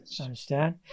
Understand